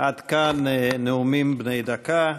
עד כאן נאומים בני דקה.